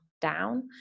down